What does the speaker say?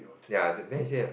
ya then then he say err